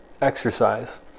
exercise